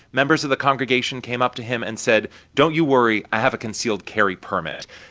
members of the congregation came up to him and said, don't you worry. i have a concealed carry permit.